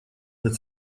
над